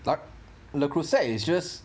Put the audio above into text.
le creuset is just